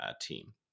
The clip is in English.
team